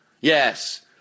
Yes